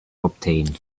obtain